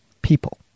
people